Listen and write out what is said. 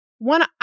one